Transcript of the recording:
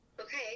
Okay